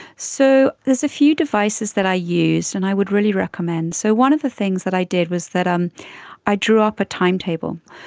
so there's a few devices that i used and i would really recommend. so one of the things that i did was um i drew up a timetable.